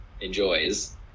enjoys